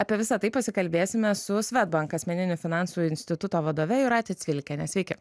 apie visa tai pasikalbėsime su swedbank asmeninių finansų instituto vadove jūrate cvilikiene sveiki